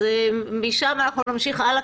אז משם אנחנו נמשיך הלאה,